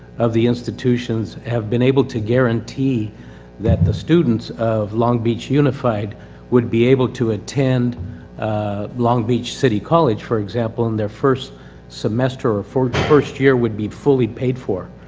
of the institutions have been able to guarantee that the students of long beach unified would be able to attend ah long beach city college, for example and their first semester, or first year would be fully paid for.